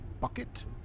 bucket